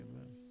Amen